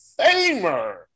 Famer